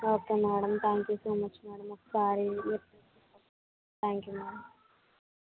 okay madam thank you so much madam ఒకసారి thank you madam